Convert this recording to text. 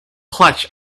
clutch